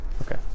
Okay